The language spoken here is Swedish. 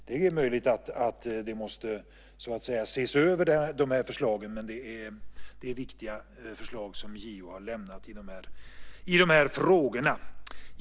Det är möjligt att de förslagen måste ses över, men det är viktiga förslag som JO har lämnat i de här frågorna.